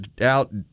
out